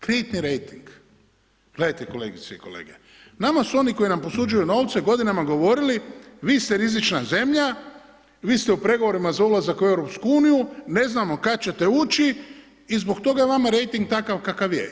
Kreditni rejting, gledajte kolegice i kolege, nama su oni koji nam posuđuju novce godinama govorili vi ste rizična zemlja, vi ste u pregovorima za ulazak u EU, ne znamo kada ćete ući i zbog toga je vama rejting takav kakav je.